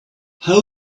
how